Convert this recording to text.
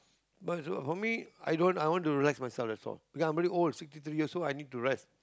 but for me i don't I want to relax myself that's all because I'm already old sixty three years old I need to rest